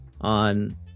on